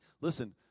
Listen